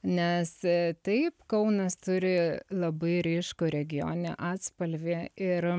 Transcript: nes taip kaunas turi labai ryškų regioninį atspalvį ir